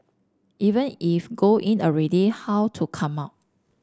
even if go in already how to come up